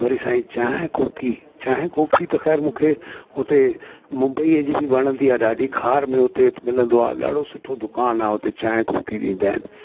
वरी असांजी चांहि कोकी चांहि कोकी त ख़ैर मूंखे उते मुंबईअ जी बि वणंदी आहे ॾाढी खार में उते मिलंदो आ ॾाढो सुठो दुकानु आहे उते चाहिं कोकी ॾींदा आहिनि